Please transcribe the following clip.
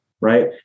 right